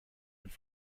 with